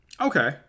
Okay